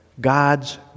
God's